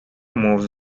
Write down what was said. most